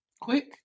Quick